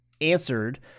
answered